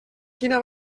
quina